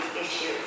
issues